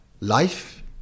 life